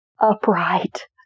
upright